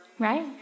Right